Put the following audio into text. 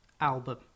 album